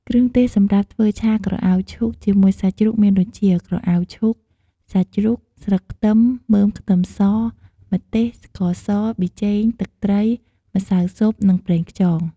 គ្រឿងទេសសម្រាប់ធ្វើឆាក្រអៅឈូកជាមួយសាច់ជ្រូកមានដូចជា ក្រអៅឈូក សាច់ជ្រូក ស្លឹកខ្ទឹម មើមខ្ទឹមស ម្ទេស ស្ករស ប៊ីចេង ទឹកត្រី ម្សៅស៊ុប និងប្រេងខ្យង។